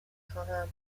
خواهم